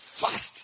fast